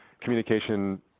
communication